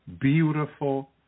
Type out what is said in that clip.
beautiful